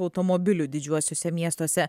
automobilių didžiuosiuose miestuose